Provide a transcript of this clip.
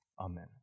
Amen